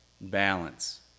balance